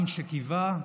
עם שקיווה,